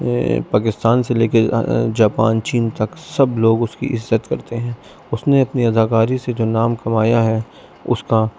پاکستان سے لے کے جاپان چین تک سب لوگ اس کی عزت کرتے ہیں اس نے اپنی اداکاری سے جو نام کمایا ہے اس کا